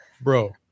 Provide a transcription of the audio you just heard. bro